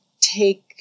take